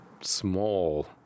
small